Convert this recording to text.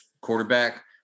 quarterback